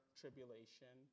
tribulation